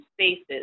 spaces